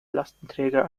lastenträger